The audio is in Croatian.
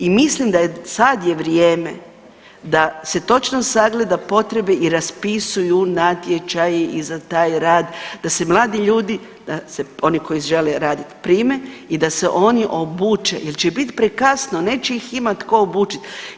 I mislim da sad je vrijeme da se točno sagleda potrebe i raspisuju natječaji i za taj rad, da se mladi ljudi oni koji žele raditi prime i da se oni obuče jer će biti prekasno neće ih imati tko obučiti.